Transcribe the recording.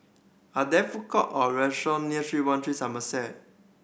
are there food court or restaurant near Three One Three Somerset